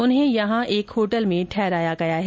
उन्हें यहां एक होटल में ठहराया गया है